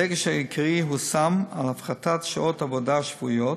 הדגש העיקרי הושם על הפחתת מספר שעות העבודה השבועיות,